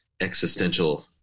existential